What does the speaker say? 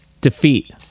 defeat